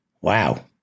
Wow